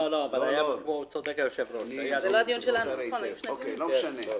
לא, צודק היושב-ראש, זה היה הדיון --- לא משנה.